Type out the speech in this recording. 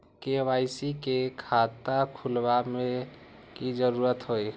KYC के खाता खुलवा में की जरूरी होई?